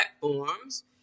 platforms